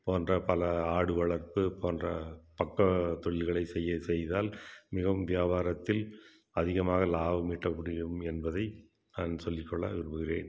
போன்ற பல ஆடு வளர்ப்பு போன்ற பக்கத்தொழில்களை செய்ய செய்தால் மிகவும் வியாபாரத்தில் அதிகமாக லாபம் ஈட்ட முடியும் என்பதை நான் சொல்லிக்கொள்ள விரும்புகிறேன்